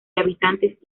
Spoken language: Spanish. habitantes